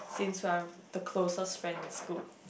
since we are the closest friend in school